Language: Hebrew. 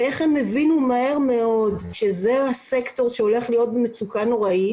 ואיך הם הבינו מהר מאוד שזה הסקטור שהולך להיות במצוקה נוראית,